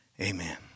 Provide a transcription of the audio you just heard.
Amen